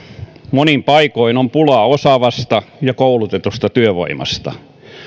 monin paikoin on pulaa osaavasta ja koulutetusta työvoimasta